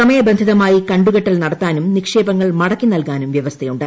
സമയബന്ധിതമായി കണ്ടുകെട്ടൽ നിട്ടെക്കാനും നിക്ഷേപങ്ങൾ മടക്കി നൽകാനും വ്യവസ്ഥയുണ്ട്